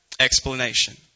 explanation